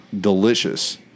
delicious